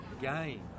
game